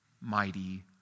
mighty